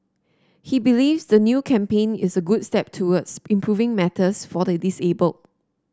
he believes the new campaign is a good step towards improving matters for the disabled